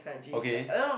okay